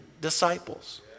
disciples